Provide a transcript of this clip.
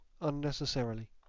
unnecessarily